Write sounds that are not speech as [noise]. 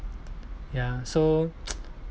ya so [noise]